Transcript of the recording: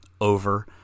over